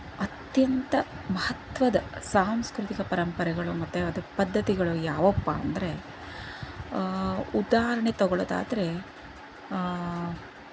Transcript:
ಅತ್ಯಂತ ಮಹತ್ವದ ಸಾಂಸ್ಕೃತಿಕ ಪರಂಪರೆಗಳು ಮತ್ತೆ ಅದರ ಪದ್ಧತಿಗಳು ಯಾವುವಪ್ಪ ಅಂದರೆ ಉದಾಹರಣೆ ತಗೊಳ್ಳೋದಾದ್ರೆ